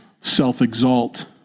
self-exalt